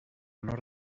nord